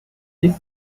you